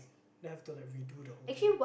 then I have to like redo the whole thing